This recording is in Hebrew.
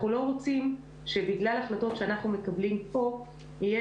אנחנו לא רוצים שבגלל החלטות שאנחנו מקבלים פה יהיה